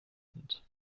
sind